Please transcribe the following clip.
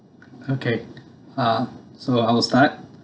okay ah so I will start